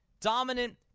Dominant